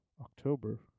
October